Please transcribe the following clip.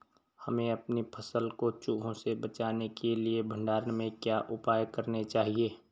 हमें अपनी फसल को चूहों से बचाने के लिए भंडारण में क्या उपाय करने चाहिए?